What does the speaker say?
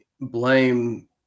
blame